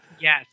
Yes